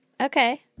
Okay